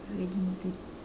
really need to